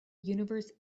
universe